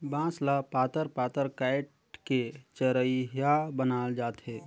बांस ल पातर पातर काएट के चरहिया बनाल जाथे